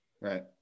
Right